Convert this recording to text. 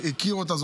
מי שהכיר אותה,